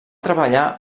treballar